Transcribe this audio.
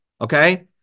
Okay